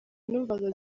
numvaga